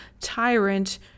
tyrant